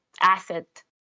asset